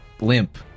limp